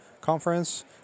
conference